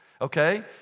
okay